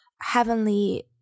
heavenly